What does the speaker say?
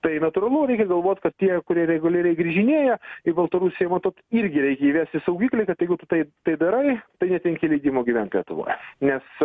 tai natūralu reikia galvot kad tie kurie reguliariai grįžinėja į baltarusiją matot irgi įvesti saugiklį kad jeigu tu tai tai darai tai netenki leidimo gyvent lietuvoje nes